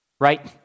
right